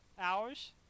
Hours